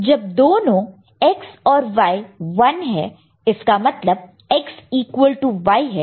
जब दोनों X और Y 1 है इसका मतलब X ईक्वल टू Y है